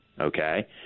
okay